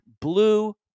blue